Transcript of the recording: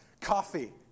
coffee